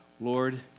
Lord